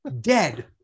dead